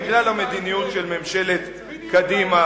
בגלל המדיניות של קדימה.